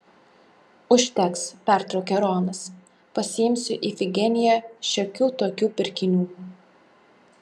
užteks pertraukė ronas pasiimsiu ifigeniją šiokių tokių pirkinių